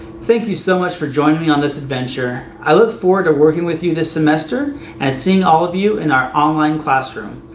thank you so much for joining me on this adventure! i look forward to working with you this semester and seeing all of you in our online classroom!